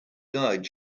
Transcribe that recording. guide